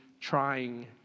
trying